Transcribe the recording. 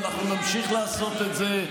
ואנחנו נמשיך לעשות את זה,